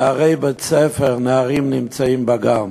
נערי בית-ספר נמצאים בגן,